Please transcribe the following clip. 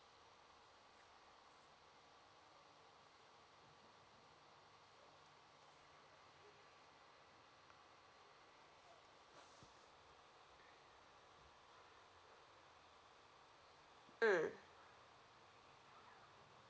mm